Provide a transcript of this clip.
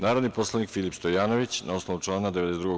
Narodni poslanik Filip Stojanović, na osnovu člana 92.